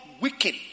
wicked